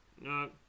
No